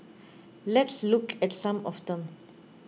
let's look at some of them